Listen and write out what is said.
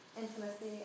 intimacy